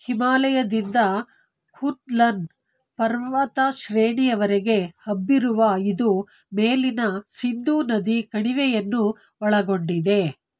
ಹಿಮಾಲಯದಿಂದ ಹುರ್ನ್ಲನ್ ಪರ್ವತ ಶ್ರೇಣಿಯವರೆಗೆ ಹಬ್ಬಿರುವ ಇದು ಮೇಲಿನ ಸಿಂಧೂ ನದಿ ಕಣಿವೆಯನ್ನು ಒಳಗೊಂಡಿದೆ